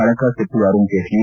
ಹಣಕಾಸು ಸಚಿವ ಅರುಣ್ ಜೀಟ್ಲ